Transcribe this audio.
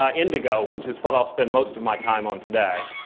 ah indigo, which is what i'll spend most of my time on today,